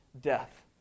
death